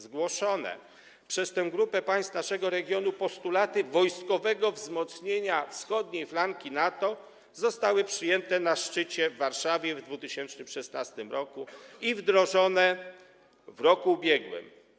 Zgłoszone przez tę grupę państw naszego regionu postulaty wojskowego wzmocnienia wschodniej flanki NATO zostały przyjęte na szczycie w Warszawie w 2016 r. i wdrożone w roku ubiegłym.